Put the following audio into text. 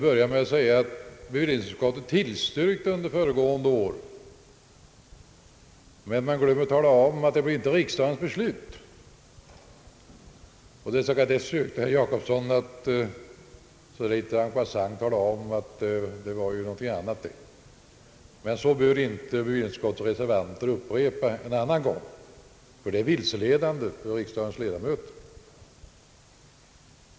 Han sade att bevillningsutskottet föregående år tillstyrkt förslaget, men han glömde att tala om att riksdagen inte fattade beslut i enlighet med utskottets förslag. Herr Jacobsson sökte en passent tala om att det var något annat det. Så bör inte bevillningsutskottets reservanter = uttrycka sig en annan gång, ty det är vilseledande för riksdagens ledamöter.